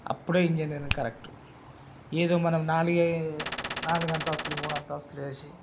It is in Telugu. అప్పుడే ఇంజినీరింగ్ కరెక్టు ఏదో మనం నాలుగే నాలుగు అంతస్తులు మూడు అంతస్తులు వేసి